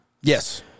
Yes